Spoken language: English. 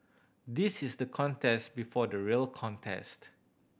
this is the contest before the real contest